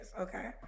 Okay